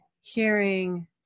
hearing